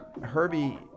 Herbie